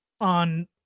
on